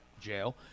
jail